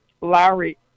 Larry